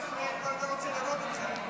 עם ישראל כבר לא רוצה לראות אתכם.